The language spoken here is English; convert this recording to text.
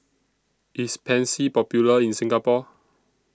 IS Pansy Popular in Singapore